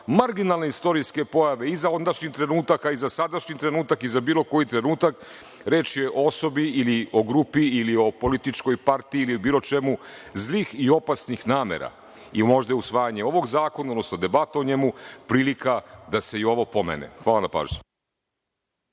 marginalne istorijske pojave, i za ondašnji trenutaka i za sadašnji trenutak i za bilo koji trenutak, reč je o osobi ili o grupi, ili političkoj partiji, ili o bilo čemu, zlih i opasnih namera. Možda je usvajanje ovog zakona, odnosno debata o njemu, prilika da se i ovo pomene. Hvala na pažnji.